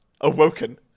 Awoken